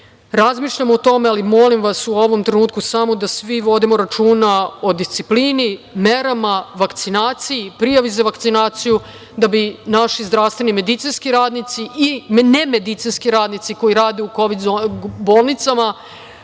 razmišljam o tome, ali molim vas u ovom trenutku samo da svi vodimo računa o disciplini, merama, vakcinaciji, prijavi za vakcinaciju da bi naši zdravstveni medicinski radnici i nemedicinski radnici koji rade u kovid bolnicama